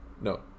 No